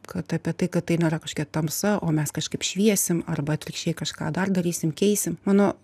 kad apie tai kad tai nėra kažkokia tamsa o mes kažkaip šviesim arba atvirkščiai kažką dar darysim keisim mano